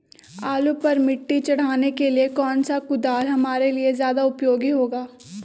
आलू पर मिट्टी चढ़ाने के लिए कौन सा कुदाल हमारे लिए ज्यादा उपयोगी होगा?